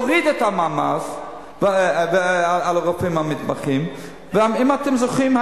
להוריד את המעמסה על הרופאים המתמחים - אם אתם זוכרים,